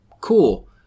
cool